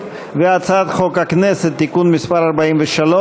אני קובע כי הצעת החוק אושרה בקריאה ראשונה ותועבר